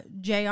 JR